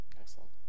Excellent